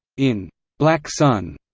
in black sun,